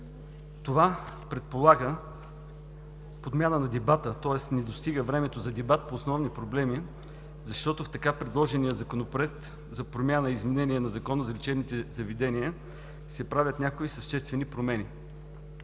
Това предполага подмяна на дебата, тоест не достига времето за дебат по основни проблеми, защото в така предложения Законопроект за промяна и изменение на Закона за лечебните заведения се правят някои съществени промени.